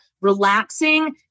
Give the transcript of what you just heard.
relaxing